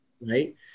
Right